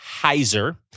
Heiser